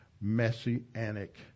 messianic